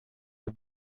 der